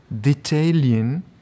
detailing